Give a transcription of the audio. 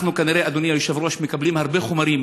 אנחנו כנראה, אדוני היושב-ראש, מקבלים הרבה חומרים